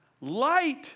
light